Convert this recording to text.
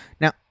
Now